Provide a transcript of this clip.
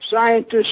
scientists